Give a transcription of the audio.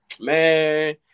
man